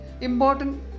important